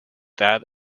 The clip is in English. that